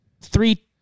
three